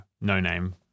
no-name